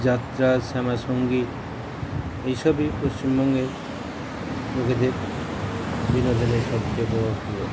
যাত্রা শ্যামা সঙ্গীত এই সবই পশ্চিমবঙ্গে লোকেদের বিনোদনে সবচেয়ে বড় প্রিয়